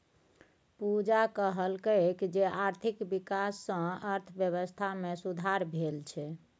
पूजा कहलकै जे आर्थिक बिकास सँ अर्थबेबस्था मे सुधार भेल छै